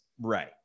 right